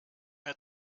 mehr